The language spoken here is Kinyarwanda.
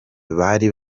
bari